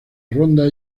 ronda